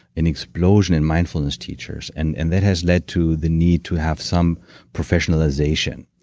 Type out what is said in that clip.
an explosion in mindfulness teachers. and and that has led to the need to have some professionalization.